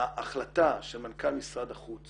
ההחלטה של מנכ"ל משרד החוץ